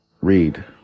Read